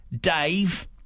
Dave